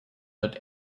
but